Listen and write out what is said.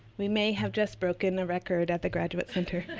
we may have just broken a record at the graduate center.